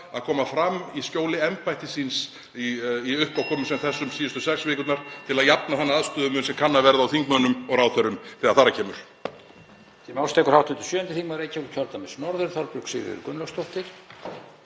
að koma fram í skjóli embættis síns í uppákomum sem þessum síðustu sex vikurnar til að jafna þann aðstöðumun sem kann að verða á þingmönnum og ráðherrum þegar þar að kemur.